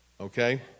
Okay